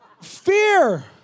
fear